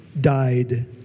died